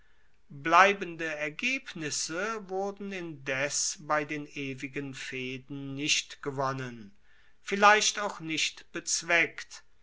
bleibende ergebnisse wurden indes bei den ewigen fehden nicht gewonnen vielleicht auch nicht bezweckt